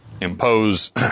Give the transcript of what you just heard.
impose